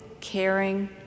caring